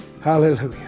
Hallelujah